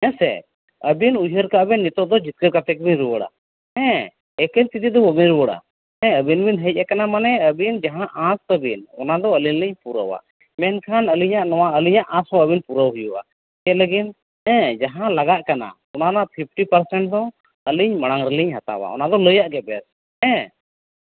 ᱦᱮᱸ ᱥᱮ ᱟᱹᱵᱤᱱ ᱩᱭᱦᱟᱹᱨ ᱠᱟᱜ ᱵᱤᱱ ᱱᱤᱛᱚᱜ ᱫᱚ ᱡᱤᱛᱠᱟᱹᱨ ᱠᱟᱛᱮᱫ ᱜᱮᱵᱤᱱ ᱨᱩᱣᱟᱹᱲᱟ ᱦᱮᱸ ᱮᱠᱮᱱ ᱛᱤ ᱛᱮᱫᱚ ᱵᱟᱹᱵᱤᱱ ᱨᱩᱣᱟᱹᱲᱟ ᱦᱮᱸ ᱟᱹᱵᱤᱱ ᱵᱤᱱ ᱦᱮᱡ ᱠᱟᱱᱟ ᱢᱟᱱᱮ ᱟᱹᱵᱤᱱ ᱡᱟᱦᱟᱸ ᱟᱸᱥ ᱛᱟᱹᱵᱤᱱ ᱚᱱᱟᱫᱚ ᱟᱹᱞᱤᱧ ᱞᱤᱧ ᱯᱩᱨᱟᱹᱣᱟ ᱢᱮᱱᱠᱷᱟᱱ ᱟᱹᱞᱤᱧᱟᱜ ᱟᱸᱥ ᱦᱚᱸ ᱟᱹᱵᱤᱱ ᱯᱩᱨᱟᱹᱣ ᱦᱩᱭᱩᱜᱼᱟ ᱪᱮᱫ ᱞᱟᱹᱜᱤᱫ ᱡᱟᱦᱟᱸ ᱞᱟᱜᱟᱜ ᱠᱟᱱᱟ ᱚᱱᱟ ᱨᱮᱱᱟᱜ ᱯᱷᱤᱯᱴᱤ ᱯᱟᱨᱥᱮᱱᱴ ᱫᱚ ᱟᱹᱞᱤᱧ ᱢᱟᱲᱟᱝ ᱨᱮᱞᱤᱧ ᱦᱟᱛᱟᱣᱟ ᱚᱱᱟᱫᱚ ᱞᱟᱹᱭᱟᱜ ᱜᱮ ᱵᱮᱹᱥ ᱦᱮᱸ